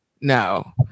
No